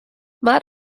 matt